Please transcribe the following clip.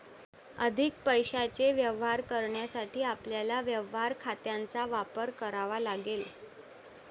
अधिक पैशाचे व्यवहार करण्यासाठी आपल्याला व्यवहार खात्यांचा वापर करावा लागेल